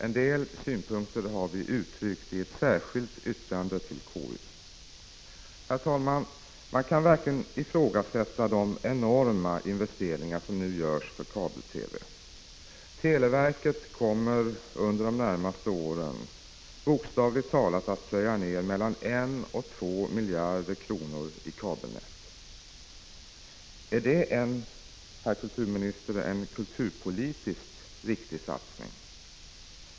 En del av våra synpunkter har vi framfört i ett särskilt yttrande som fogats till konstitutionsutskottets betänkande. Man kan verkligen, herr talman, ifrågasätta de enorma investeringar för kabel-TV som nu görs. Televerket kommer under de närmaste åren bokstavligt talat att plöja ned mellan 1 och 2 miljarder kronor i kabelnät. Är det, herr kulturminister, en kulturpolitiskt riktig satsning?